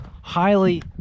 highly